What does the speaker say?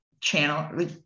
channel